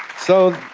so